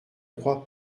crois